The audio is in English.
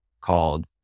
called